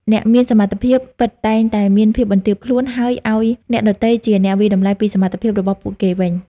អ្នកមានសមត្ថភាពពិត តែងតែមានភាពបន្ទាបខ្លួន ហើយឱ្យអ្នកដទៃជាអ្នកវាយតម្លៃពីសមត្ថភាពរបស់ពួកគេវិញ។